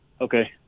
okay